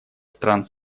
стран